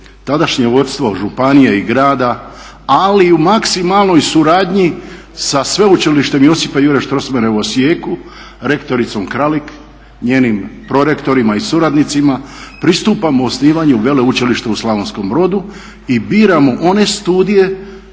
tadašnje vodstvo županije i grada, ali i u maksimalnoj suradnji sa Sveučilištem Josipa Juraja Strossmayera u Osijeku, rektoricom Kralik, njenim prorektorima i suradnicima pristupamo osnivanju Veleučilišta u Slavonskom Brodu i biramo one studije